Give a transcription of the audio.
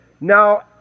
Now